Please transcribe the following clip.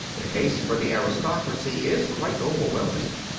the case for the aristocracy is quite overwhelming.